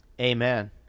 Amen